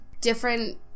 different